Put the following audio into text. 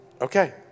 okay